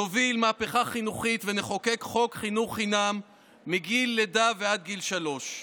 נוביל מהפכה חינוכית ונחוקק חוק חינוך חינם מגיל לידה עד גיל שלוש.